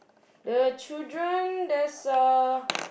the children there's uh